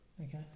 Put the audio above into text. Okay